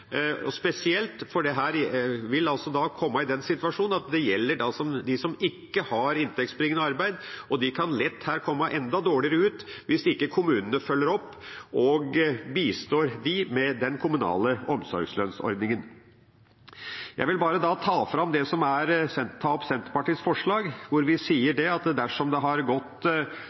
de som ikke har inntektsbringende arbeid, kan komme opp i, og de kan lett komme enda dårligere ut hvis kommunene ikke følger opp og bistår dem med den kommunale omsorgslønnordningen. Jeg vil til slutt ta opp Senterpartiets forslag, hvor vi sier at dersom det har gått mindre enn fem år, kan pleiepengeperioden utvides med ytterligere fire år, og dersom det har gått